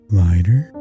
lighter